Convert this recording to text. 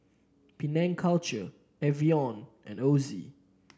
Penang Culture Evian and Ozi